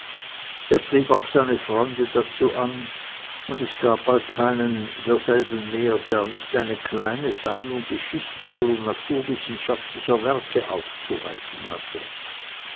er trieb auch seine freunde dazu an und es gab bald keinen derselben mehr der nicht eine kleine sammlung geschichtlicher und naturwissenschaftlicher werke aufzuweisen hatte